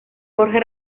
jorge